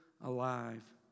alive